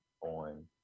on